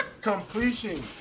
completion